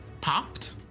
popped